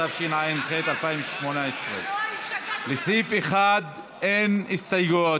התשע"ח 2018. לסעיף 1 אין הסתייגויות.